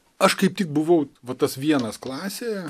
aš kaip tik buvau va tas vienas klasėje